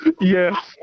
Yes